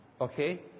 Okay